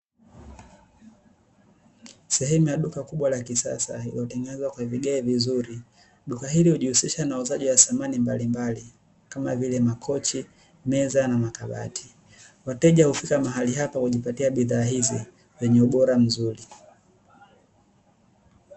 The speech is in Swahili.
Sehemu ya duka kubwa la kisasa iliyotengenezwa kwa vigae vizuri, duka hili hujihusisha na uuzaji wa samani mbalimbali, kama vile: makochi, meza na makabati, wateja hufika mahali hapa kujipatia bidhaa hizi zenye ubora mzuri.